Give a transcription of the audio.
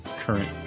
current